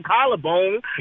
collarbone